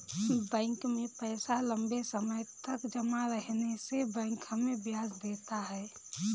bank में पैसा लम्बे समय तक जमा रहने से बैंक हमें ब्याज देता है